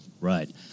right